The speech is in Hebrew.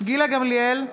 גילה גמליאל,